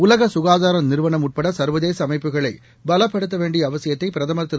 உலக சுகாதார நிறுவனம் உட்பட சர்வதேச அமைப்புகளை பலப்படுத்த வேண்டிய அவசியத்தை பிரதமர் திரு